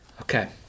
Okay